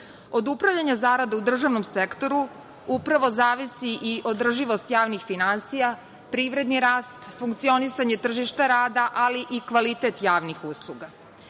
Od upravljanja zarada u državnom sektoru upravo zavisi i održivost javnih finansija, privredni rast, funkcionisanje tržišta rada, ali i kvalitet javnih usluga.